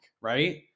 right